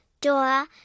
dora